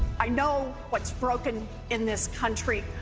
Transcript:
i know what is broken in this country.